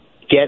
get